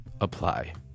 Apply